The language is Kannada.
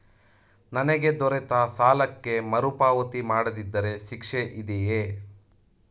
ನನಗೆ ದೊರೆತ ಸಾಲಕ್ಕೆ ಮರುಪಾವತಿ ಮಾಡದಿದ್ದರೆ ಶಿಕ್ಷೆ ಇದೆಯೇ?